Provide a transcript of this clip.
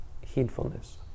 heedfulness